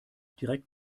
direkt